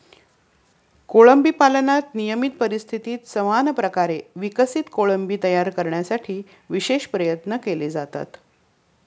कोळंबी पालनात नियंत्रित परिस्थितीत समान प्रकारे विकसित कोळंबी तयार करण्यासाठी विशेष प्रयत्न केले जातात